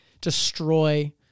destroy